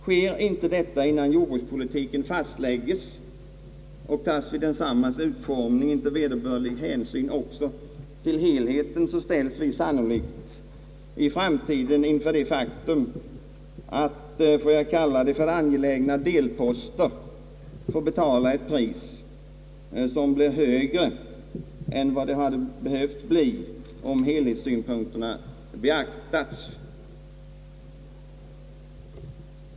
Sker inte detta innan jordbrukspolitiken fastlägges och tas vid densammas utformning inte vederbörlig hänsyn också till helheten, ställs vi sannolikt i framtiden inför det faktum, att för angelägna delposter få betala ett pris som blir högre än vad det hade behövt bli om helhetssynpunkterna beaktats från början.